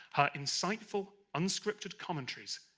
her insightful, unscripted commentaries,